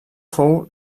fou